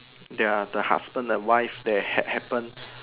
there are the husband and wife that ha happen